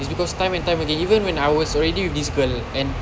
it's because time and time again even I was already with this girl and